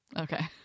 Okay